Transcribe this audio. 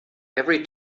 every